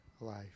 life